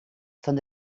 van